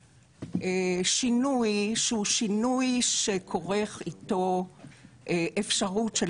בשינוי שהוא שינוי שכורך איתו אפשרות של